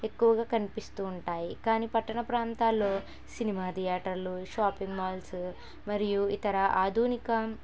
ఎక్కువగా కనిపిస్తు ఉంటాయి కానీ పట్టణ ప్రాంతాలలో సినిమా థియేటర్లు షాపింగ్ మాల్స్ మరియు ఇతర ఆధునిక